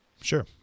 sure